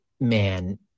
man